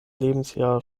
lebensjahr